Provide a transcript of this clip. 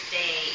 day